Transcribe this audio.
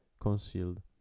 Concealed